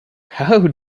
how